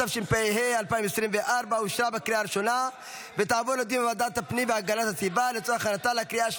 התשפ"ה 2024, לוועדת הפנים והגנת הסביבה נתקבלה.